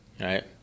right